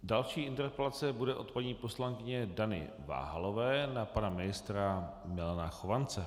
Další interpelace bude od paní poslankyně Dany Váhalové na pana ministra Milana Chovance.